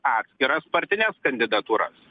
atskiras partines kandidatūras